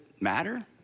matter